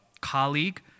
colleague